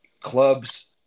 clubs